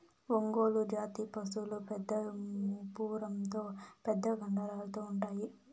ఒంగోలు జాతి పసులు పెద్ద మూపురంతో పెద్ద కండరాలతో ఉంటాయి